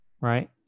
right